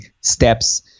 steps